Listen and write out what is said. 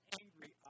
angry